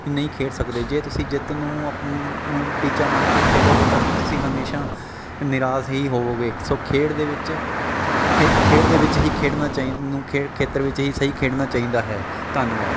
ਨਹੀਂ ਖੇਡ ਸਕਦੇ ਜੇ ਤੁਸੀਂ ਜਿੱਤ ਨੂੰ ਅਪ ਟੀਚਾ ਮੰਨ ਕੇ ਖੇਡੋਗੇ ਤਾਂ ਤੁਸੀਂ ਹਮੇਸ਼ਾ ਨਿਰਾਸ਼ ਹੀ ਹੋਵੋਗੇ ਸੋ ਖੇਡ ਦੇ ਵਿੱਚ ਖੇ ਖੇਡ ਦੇ ਵਿੱਚ ਹੀ ਖੇਡਣਾ ਚਾਹੀਂ ਨੂੰ ਖੇਡ ਖੇਤਰ ਵਿੱਚ ਹੀ ਸਹੀ ਖੇਡਣਾ ਚਾਹੀਦਾ ਹੈ ਧੰਨਵਾਦ